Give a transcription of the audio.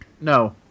No